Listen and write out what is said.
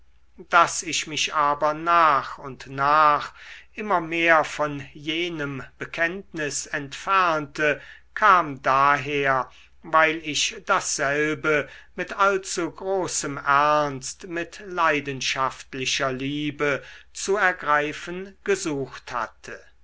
daß ich mich aber nach und nach immer mehr von jenem bekenntnis entfernte kam daher weil ich dasselbe mit allzu großem ernst mit leidenschaftlicher liebe zu ergreifen gesucht hatte